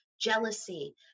jealousy